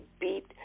beat